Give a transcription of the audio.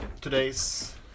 today's